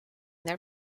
their